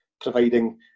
providing